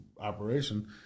operation